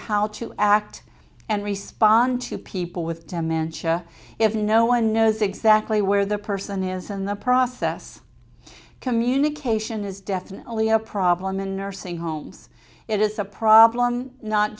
how to act and respond to people with dementia if no one knows exactly where the person is in the process communication is definitely a problem in nursing homes it is a problem not